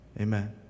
Amen